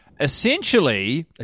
Essentially